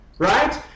Right